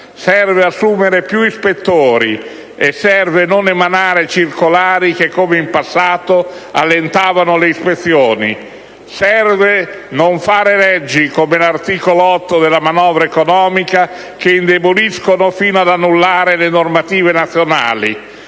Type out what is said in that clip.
invece assumere più ispettori, e serve non emanare circolari che, come avvenuto in passato, allentino le ispezioni; serve non fare leggi, come l'articolo 8 della manovra economica, che indeboliscono fino ad annullare le normative nazionali;